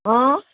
অ